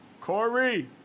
Corey